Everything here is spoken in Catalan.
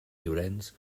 llorenç